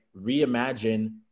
reimagine